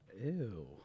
Ew